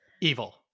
evil